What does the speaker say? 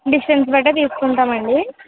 distance బట్టి తీసుకుంటాం అండి